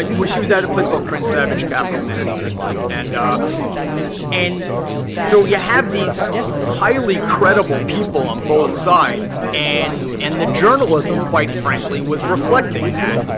she was at a place called krensavage capital management, i believe. and and so you have these highly credible people on both sides. and and the journalism, quite frankly, was reflecting that.